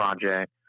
project